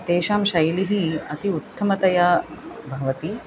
तेषां शैलिः अति उत्तमतया भवति